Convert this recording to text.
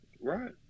Right